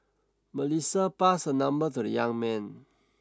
Melissa passed her number to the young man